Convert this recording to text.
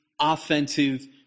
offensive